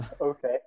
Okay